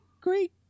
great